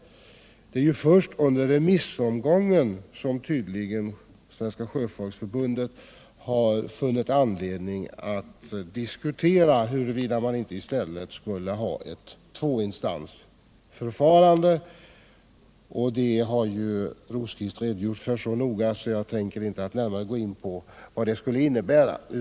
Det är först under remissomgången som Svenska sjöfolksförbundet tydligen har funnit anledning att diskutera huruvida man inte i stället skulle ha ewt två-instans-förfarande. Herr Rosqvist har ju så ingående redogjort för detta att jag inte närmare behöver gå in på vad det skulle innebära.